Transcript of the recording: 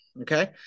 okay